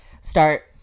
start